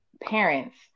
parents